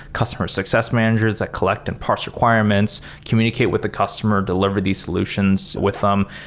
customer success managers that collect and parse requirements. communicate with a customer. deliver these solutions with them.